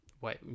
Wait